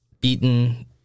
beaten